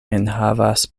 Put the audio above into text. enhavas